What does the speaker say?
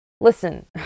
Listen